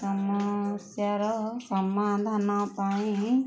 ସମସ୍ୟାର ସମାଧାନ ପାଇଁ